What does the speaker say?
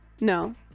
No